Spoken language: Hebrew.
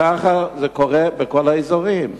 ככה זה קורה בכל האזורים,